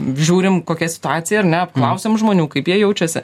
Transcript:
žiūrim kokia situacija ar ne apklausiam žmonių kaip jie jaučiasi